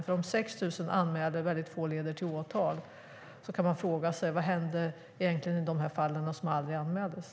Om så här få av 6 000 anmälda våldtäkter leder till åtal kan man fråga sig vad som egentligen hände i de fall som aldrig anmäldes.